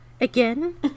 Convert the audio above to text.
again